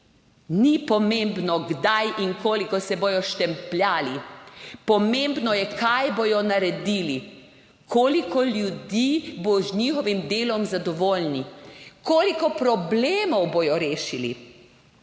Ni pomembno, kdaj in koliko se bodo štempljali, pomembno je, kaj bodo naredili, koliko ljudi bo z njihovim delom zadovoljni, koliko problemov bodo rešili.